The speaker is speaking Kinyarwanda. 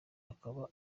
ikaba